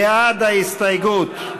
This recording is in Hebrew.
בעד ההסתייגות,